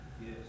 Yes